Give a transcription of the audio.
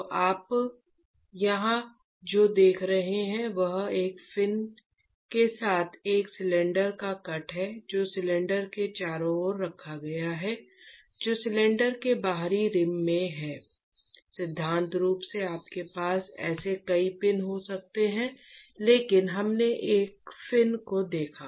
तो आप यहां जो देख रहे हैं वह एक फिन के साथ एक सिलेंडर का कट है जो सिलेंडर के चारों ओर रखा गया है जो सिलेंडर के बाहरी रिम में है सिद्धांत रूप में आपके पास ऐसे कई फिन हो सकते हैं लेकिन पहले हम एक फिन को देखें